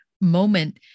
moment